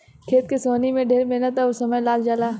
खेत के सोहनी में ढेर मेहनत अउर समय लाग जला